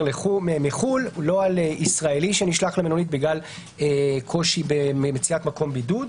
מחו"ל לא על ישראלי שנשלח למלונית בגלל קושי במציאת מקום בידוד.